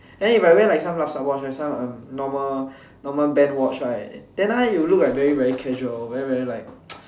then if I wear like some lup-sup watch like some um normal normal band watch right then now it will look like very casual very very like